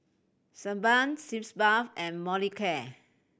Sebamed Sitz Bath and Molicare